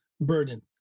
burden